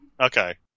Okay